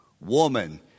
Woman